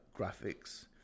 graphics